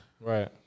right